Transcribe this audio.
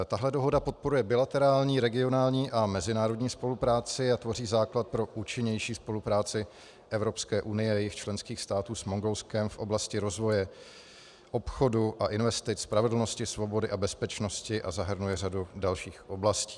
Tahle dohoda podporuje bilaterální, regionální a mezinárodní spolupráci a tvoří základ pro účinnější spolupráci Evropské unie, jejích členských států s Mongolskem v oblasti rozvoje obchodu a investic, spravedlnosti, svobody a bezpečnosti a zahrnuje řadu dalších oblastí.